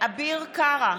אביר קארה,